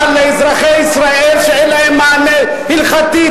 אבל לאזרחי ישראל שאין להם מענה הלכתי,